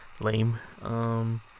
lame